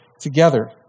together